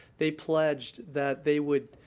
they pledged that they would,